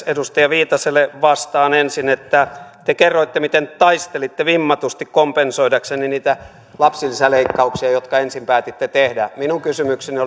edustaja viitaselle vastaan ensin että te kerroitte miten taistelitte vimmatusti kompensoidaksenne niitä lapsilisäleikkauksia jotka ensin päätitte tehdä minun kysymykseni